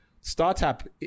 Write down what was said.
startup